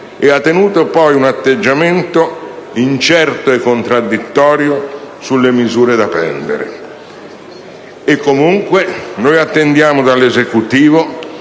e ha tenuto poi un atteggiamento incerto e contraddittorio sulle misure da prendere. E comunque noi attendiamo dall'Esecutivo